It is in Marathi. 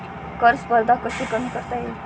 कर स्पर्धा कशी कमी करता येईल?